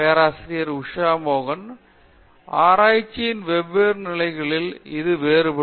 பேராசிரியர் உஷா மோகன் ஆராய்ச்சியின் வெவ்வேறு நிலைகளில் இது வேறுபாடும்